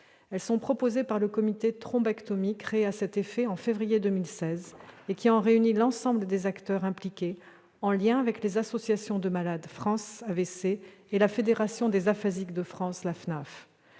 Elles sont proposées par le comité Thrombectomie créé à cet effet en février 2016, et qui réunit l'ensemble des acteurs impliqués, en lien avec les associations de malades France AVC et la Fédération nationale des aphasiques de France, la FNAF.